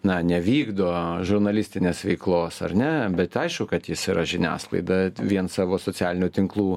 na nevykdo žurnalistinės veiklos ar ne bet aišku kad jis yra žiniasklaida vien savo socialinių tinklų